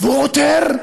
והוא עותר,